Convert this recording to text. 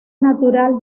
natural